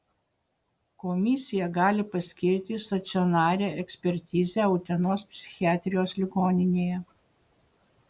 komisija gali paskirti stacionarią ekspertizę utenos psichiatrijos ligoninėje